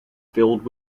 filled